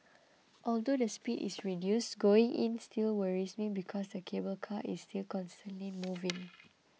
although the speed is reduced going in still worries me because the cable car is still constantly moving